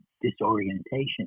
disorientation